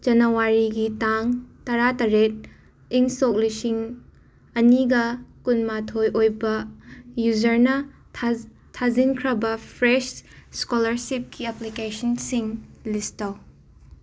ꯖꯅꯋꯥꯔꯤꯒꯤ ꯇꯥꯡ ꯇꯔꯥꯇꯔꯦꯠ ꯏꯪ ꯁꯣꯛ ꯂꯤꯁꯤꯡ ꯑꯅꯤꯒ ꯀꯨꯟꯃꯥꯊꯣꯏ ꯑꯣꯏꯕ ꯌꯨꯖꯔꯅ ꯊꯥꯖꯤꯟꯈ꯭ꯔꯕ ꯐ꯭ꯔꯦꯁ ꯏꯁꯀꯣꯂꯥꯔꯁꯤꯞꯀꯤ ꯑꯦꯄ꯭ꯂꯤꯀꯦꯁꯟꯁꯤꯡ ꯂꯤꯁ ꯇꯧ